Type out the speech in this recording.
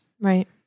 Right